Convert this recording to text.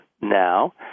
Now